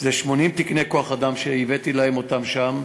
זה 80 תקני כוח-אדם שהבאתי ושמתי אותם שם.